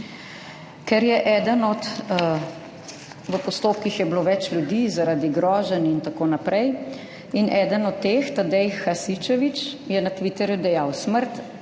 Ker je eden od – v postopkih je bilo več ljudi zaradi groženj in tako naprej in eden od teh, Tadej Hasičević, je na Twitterju dejal,